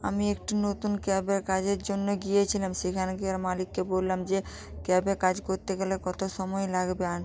আমি একটি নতুন ক্যাবের কাজের জন্য গিয়েছিলাম সেখানে গিয়ে মালিককে বললাম যে যে ক্যাবে কাজ করতে গেলে কত সময় লাগবে আনু